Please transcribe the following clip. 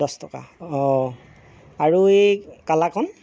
দছ টকা অ' আৰু এই কালাকান্দ